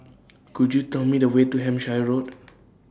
Could YOU Tell Me The Way to Hampshire Road